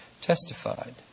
testified